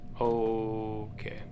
Okay